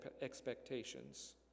expectations